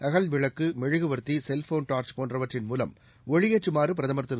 அகல் விளக்கு மெழுகுவர்த்தி செல்போன் டார்ச் போன்றவற்றின் மூலம் ஒளியேற்றுமாறு பிரதமர் திரு